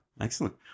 Excellent